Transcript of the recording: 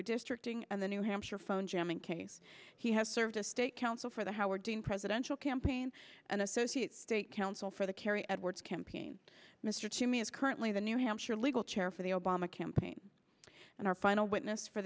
redistricting and the new hampshire phone jamming case he has served as state counsel for the howard dean presidential campaign and associates state counsel for the kerry edwards campaign mr to me is currently the new hampshire legal chair for the obama campaign and our final witness for